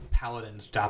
Paladins